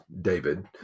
David